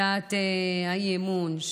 אז אני רוצה שתסתכל על הצעת האי-אמון,